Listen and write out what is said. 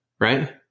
right